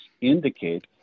indicate